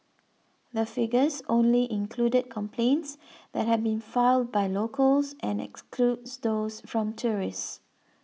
the figures only included complaints that had been filed by locals and excludes those from tourists